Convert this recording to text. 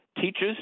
Teachers